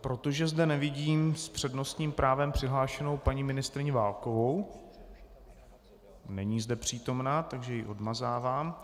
Protože zde nevidím s přednostním právem přihlášenou paní ministryni Válkovou, není zde přítomna, odmazávám ji.